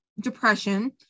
depression